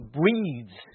breeds